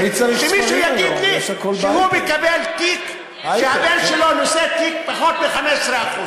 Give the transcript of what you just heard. שמישהו יגיד לי שהוא מקבל תיק שהבן שלו נושא תיק פחות מ-15%.